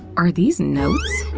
are these notes?